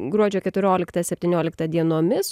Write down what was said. gruodžio keturioliktą septynioliktą dienomis